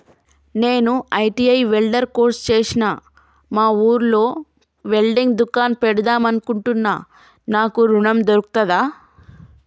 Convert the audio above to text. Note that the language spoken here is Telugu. నేను ఐ.టి.ఐ వెల్డర్ కోర్సు చేశ్న మా ఊర్లో వెల్డింగ్ దుకాన్ పెడదాం అనుకుంటున్నా నాకు ఋణం దొర్కుతదా?